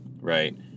right